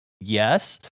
yes